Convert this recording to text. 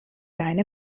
deine